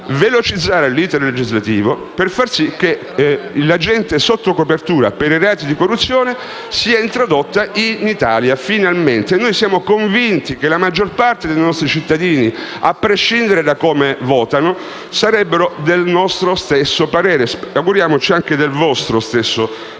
velocizzare l'*iter* legislativo per far sì che l'agente sotto copertura per i reati di corruzione sia finalmente introdotto in Italia. Noi siamo convinti che la maggior parte dei nostri cittadini, a prescindere da come votano, sia del nostro stesso parere e ci auguriamo anche del vostro. Speriamo,